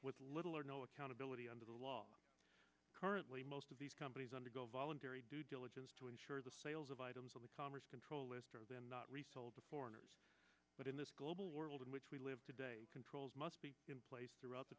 with little or no accountability under the law currently most of these companies undergo voluntary due diligence to ensure the sales of items on the commerce control list and not resold to foreigners but in this global world in which we live today controls must be in place throughout the